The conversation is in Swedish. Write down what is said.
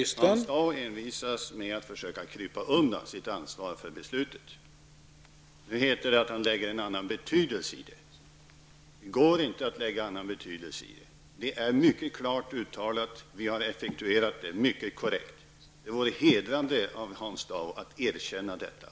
Herr talman! Hans Dau envisas med att försöka krypa undan sitt ansvar för beslutet. Han säger att han lägger en annan betydelse i det. Men det går inte att lägga en annan betydelse i beslutet. Det är mycket klart uttalat, och vi har effektuerat det helt korrekt. Det vore hedrande för Hans Dau att erkänna detta.